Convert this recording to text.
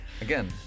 Again